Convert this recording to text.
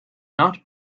not